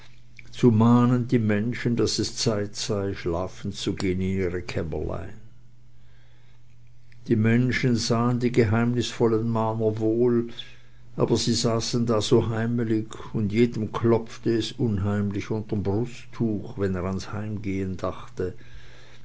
zu mahnen die menschen daß es zeit sei schlafen zu gehn in ihre kämmerlein die menschen sahen die geheimnisvollen mahner wohl aber sie saßen da so heimelig und jedem klopfte es unheimlich unterem brusttuch wenn er ans heimgehn dachte